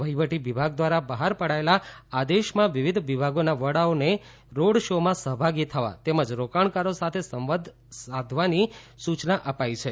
વહિવટી વિભાગ દ્વારા બહાર પડાયેલા આદેશમાં વિવિધ વિભાગોના વડાઓને રોડ શોમાં સહભાગી થવા તેમજ રોકાણકારો સાથે સંવાદ સાધવાની સૂચના અપાઈ છે